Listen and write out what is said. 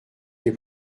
des